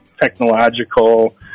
technological